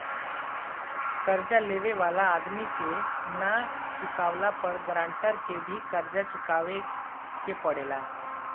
कर्जा लेवे वाला आदमी के ना चुकावला पर गारंटर के भी कर्जा चुकावे के पड़ेला